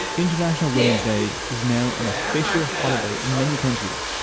international women's day is now an official holiday in many countries.